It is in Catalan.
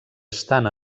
estan